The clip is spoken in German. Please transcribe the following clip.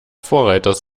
vorreiters